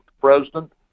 president